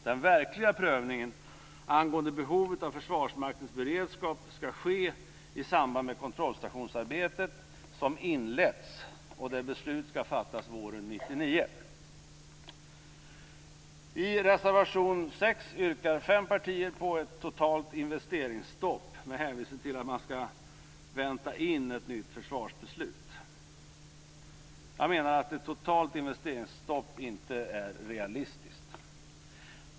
Den verkliga prövningen angående behovet av Försvarsmaktens beredskap skall ske i samband med kontrollstationsarbetet som inletts och där beslut skall fattas våren 1999. I reservation 6 yrkar fem partier på ett totalt investeringsstopp med hänvisning till att man skall vänta in ett nytt försvarsbeslut. Jag menar att ett totalt investeringsstopp inte är realistiskt.